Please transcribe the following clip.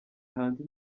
hanze